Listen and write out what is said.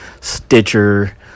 stitcher